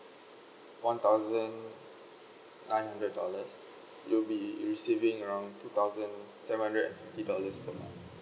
one thousand nine hundred dollars you'll be receiving around two thousand seven hundred and fifty dollars per month